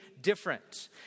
different